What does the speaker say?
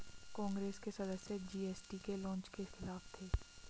कांग्रेस के सदस्य जी.एस.टी के लॉन्च के खिलाफ थे